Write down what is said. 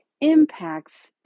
impacts